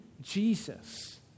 Jesus